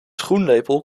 schoenlepel